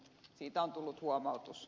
siitä on tullut huomautus